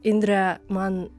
indrė man